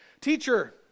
Teacher